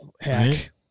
hack